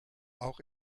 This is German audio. auch